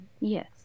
Yes